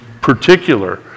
particular